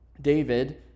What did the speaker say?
David